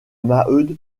maheude